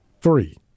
three